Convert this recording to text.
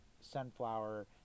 sunflower